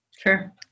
Sure